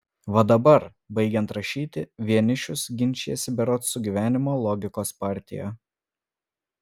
va dabar baigiant rašyti vienišius ginčijasi berods su gyvenimo logikos partija